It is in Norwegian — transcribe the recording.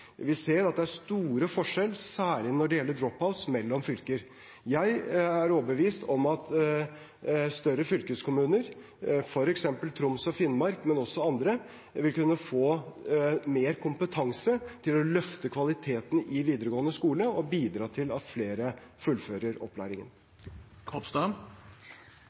Vi ser at det er store forskjeller mellom fylker, særlig når det gjelder drop-out. Jeg er overbevist om at større fylkeskommuner – f.eks. Troms og Finnmark, men også andre – vil kunne få mer kompetanse til å løfte kvaliteten i videregående skole og bidra til at flere fullfører